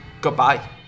Goodbye